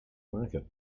market